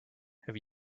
have